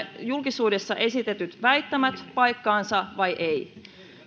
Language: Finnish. julkisuudessa esitetyt vakavat väittämät paikkansa vai